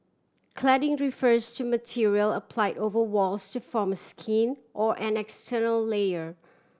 cladding refers to material applied over walls to form skin or an external layer